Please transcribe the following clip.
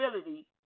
ability